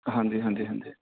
ਹਾਂਜੀ ਹਾਂਜੀ ਹਾਂਜੀ